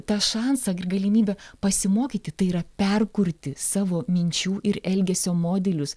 tą šansą galimybę pasimokyti tai yra perkurti savo minčių ir elgesio modelius